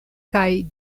kaj